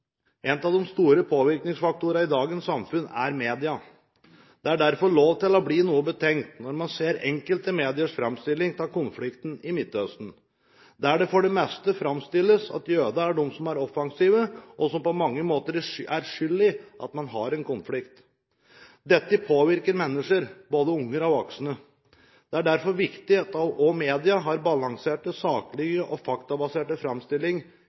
En av de store påvirkningsfaktorene i dagens samfunn er media. Det er derfor lov til å bli noe betenkt når man ser enkelte mediers framstilling av konflikten i Midtøsten, der det for det meste framstilles som om jøder er de offensive, som på mange måter er skyld i at man har en konflikt. Dette påvirker mennesker, både unge og voksne. Det er derfor viktig at også media har balanserte, saklige og faktabaserte framstillinger om det som skjer i slike konflikter. En skjev framstilling